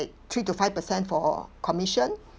three to five percent for commission